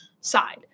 side